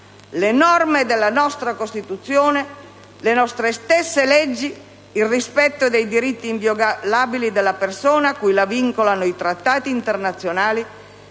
le norme della nostra Costituzione, le nostre leggi, il rispetto dei diritti inviolabili della persona cui la vincolano i trattati internazionali,